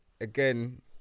Again